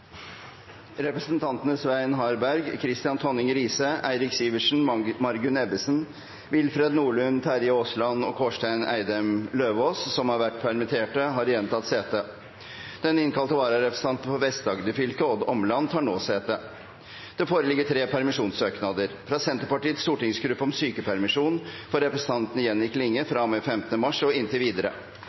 Representantene Svein Harberg, Kristian Tonning Riise, Eirik Sivertsen, Margunn Ebbesen , Willfred Nordlund , Terje Aasland og Kårstein Eidem Løvaas , som har vært permittert, har igjen tatt sete. Den innkalte vararepresentanten for Vest-Agder fylke, Odd Omland, tar nå sete. Det foreligger tre permisjonssøknader: fra Senterpartiets stortingsgruppe om sykepermisjon for representanten Jenny Klinge fra og med 15. mars og inntil videre